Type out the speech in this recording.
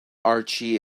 archie